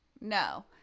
No